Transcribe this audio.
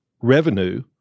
revenue